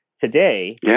today